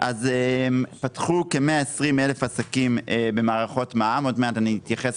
פתחו כ-120,000 עסקים במערכות מע"מ עוד מעט אתייחס